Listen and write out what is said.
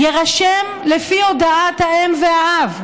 "יירשם לפי הודעת האם והאב".